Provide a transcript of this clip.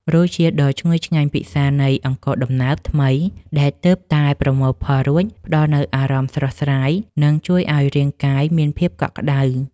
រសជាតិដ៏ឈ្ងុយឆ្ងាញ់ពិសានៃអង្ករដំណើបថ្មីដែលទើបតែប្រមូលផលរួចផ្ដល់នូវអារម្មណ៍ស្រស់ស្រាយ និង ជួយឱ្យរាងកាយមានភាពកក់ក្ដៅ។